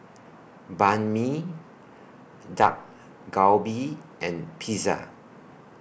Banh MI Dak Galbi and Pizza